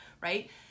right